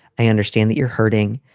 i understand that you're hurting.